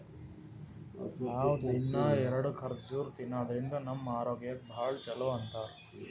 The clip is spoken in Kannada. ನಾವ್ ದಿನ್ನಾ ಎರಡ ಖರ್ಜುರ್ ತಿನ್ನಾದ್ರಿನ್ದ ನಮ್ ಆರೋಗ್ಯಕ್ ಭಾಳ್ ಛಲೋ ಅಂತಾರ್